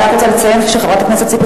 אני רק רוצה לציין שחברת הכנסת ציפי